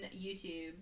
YouTube